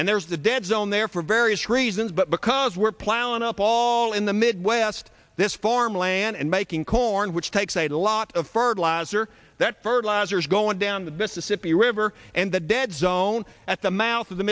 and there's a dead zone there for various reasons but because we're plowing paul in the midwest this farmland and making corn which takes a lot of fertilizer that fertilizer is going down the mississippi river and the dead zone at the mouth of the